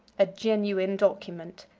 a genuine document,